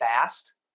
fast